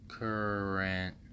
Current